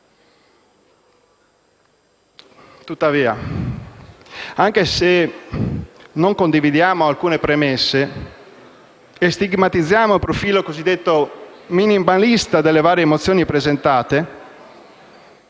Tuttavia, anche se non condividiamo alcune premesse e stigmatizziamo il profilo cosiddetto minimalista delle varie mozioni presentate,